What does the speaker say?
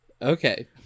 Okay